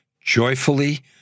joyfully